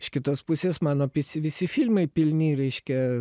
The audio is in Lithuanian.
iš kitos pusės mano pici visi filmai pilni reiškia